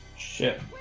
shit